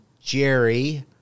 Jerry